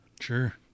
Sure